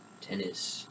tennis